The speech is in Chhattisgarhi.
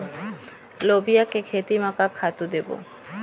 लोबिया के खेती म का खातू देबो?